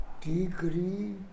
degree